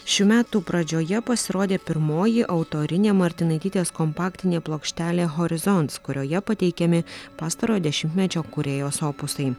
šių metų pradžioje pasirodė pirmoji autorinė martinaitytės kompaktinė plokštelė horizonts kurioje pateikiami pastarojo dešimtmečio kūrėjos opusai